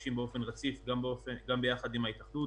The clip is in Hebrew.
ונפגשים באופן רציף גם ביחד עם ההתאחדות.